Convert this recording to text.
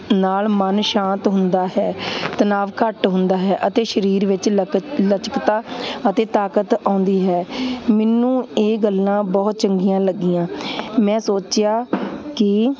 ਨਾਲ ਮਨ ਸ਼ਾਂਤ ਹੁੰਦਾ ਹੈ ਤਣਾਅ ਘੱਟ ਹੁੰਦਾ ਹੈ ਅਤੇ ਸਰੀਰ ਵਿੱਚ ਲਕਚ ਲਚਕਤਾ ਅਤੇ ਤਾਕਤ ਆਉਂਦੀ ਹੈ ਮੈਨੂੰ ਇਹ ਗੱਲਾਂ ਬਹੁਤ ਚੰਗੀਆਂ ਲੱਗੀਆਂ ਮੈਂ ਸੋਚਿਆ ਕਿ